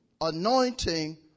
anointing